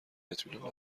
اطمینان